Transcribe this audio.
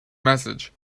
message